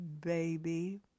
baby